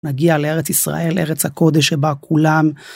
נגיע לארץ ישראל, ארץ הקודש שבה כולם...